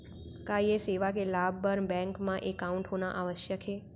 का ये सेवा के लाभ बर बैंक मा एकाउंट होना आवश्यक हे